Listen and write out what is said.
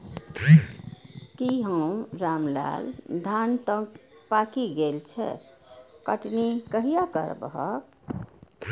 की हौ रामलाल, धान तं पाकि गेल छह, कटनी कहिया करबहक?